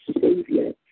Savior